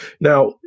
Now